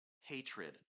hatred